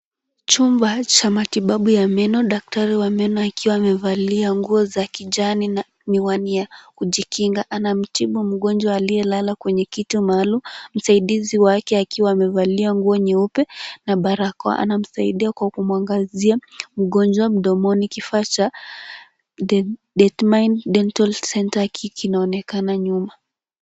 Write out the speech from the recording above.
Chuma cha matibabu ya meno. Daktari wa meno akiwa amevalia nguo za kijani na miwani ya kujikinga anamtibu mgonjwa aliyelala kweye kiti maalum. Msaidizi wake akiwa amevalia nguo nyeupe na barakoa anamsaidia kwa kumwangazia mgonjwa mdomoni. Kifaa cha Datemine Dental Centre kinaonekana nyuma.